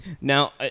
Now